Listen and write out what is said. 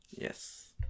yes